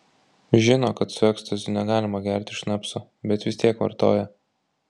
žino kad su ekstaziu negalima gerti šnapso bet vis tiek vartoja